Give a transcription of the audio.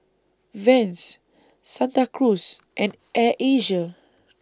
Vans Santa Cruz and Air Asia